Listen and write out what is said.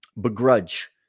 begrudge